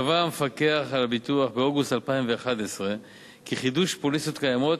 קבע המפקח על הביטוח באוגוסט 2011 כי חידוש פוליסות קיימות,